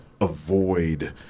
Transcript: avoid